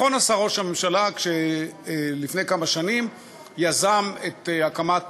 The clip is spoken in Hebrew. נכון עשה ראש הממשלה כשלפני כמה שנים יזם את הקמת